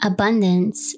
Abundance